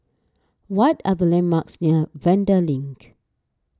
what are the landmarks near Vanda Link